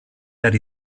behar